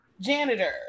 Janitor